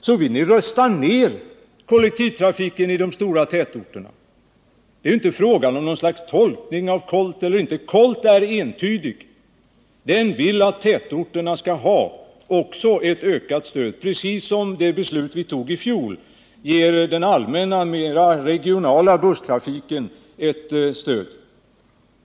Då vill ni rusta ner kollektivtrafiken i de stora tätorterna. Det är inte fråga om något slags ensidig tolkning av KOLT. KOLT är entydig. KOLT vill att också tätorternas trafik skall få ett ökat stöd, precis som den allmänna, mera regionala busstrafiken får ett stöd, genom det beslut vi fattade i fjol.